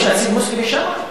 יש נציג מוסלמי שם?